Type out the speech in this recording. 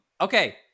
Okay